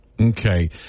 Okay